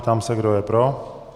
Ptám se, kdo je pro.